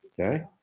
Okay